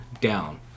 down